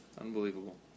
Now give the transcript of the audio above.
unbelievable